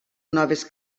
noves